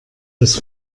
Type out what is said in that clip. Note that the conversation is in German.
das